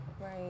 Right